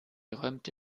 räumte